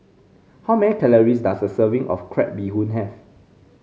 how many calories does a serving of Crab Bee Hoon have